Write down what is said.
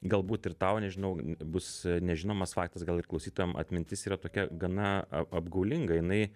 galbūt ir tau nežinau bus nežinomas faktas gal ir klausytojam atmintis yra tokia gana ap apgaulinga jinai